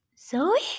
Zoe